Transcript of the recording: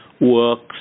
works